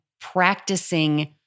practicing